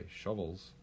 shovels